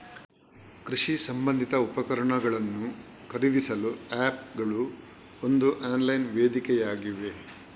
ಕೃಷಿ ಸಂಬಂಧಿತ ಉಪಕರಣಗಳನ್ನು ಖರೀದಿಸಲು ಆಪ್ ಗಳು ಒಂದು ಆನ್ಲೈನ್ ವೇದಿಕೆಯಾಗಿವೆ